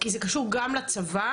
כי זה קשור גם לצבא,